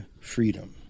Freedom